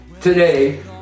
today